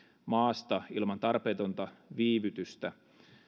maasta ilman tarpeetonta viivytystä